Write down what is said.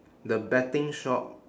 the betting shop